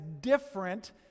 different